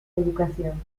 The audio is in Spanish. educación